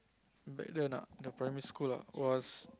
back then ah the primary school lah was